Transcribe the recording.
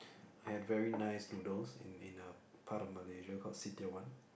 I had very nice noodles in in a part of Malaysia called Sitiawan